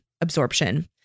absorption